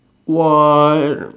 what